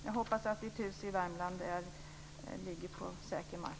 Jag hoppas att Rigmor Stenmarks hus i Värmland ligger på säker mark.